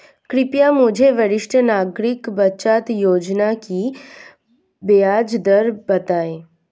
कृपया मुझे वरिष्ठ नागरिक बचत योजना की ब्याज दर बताएं